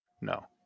No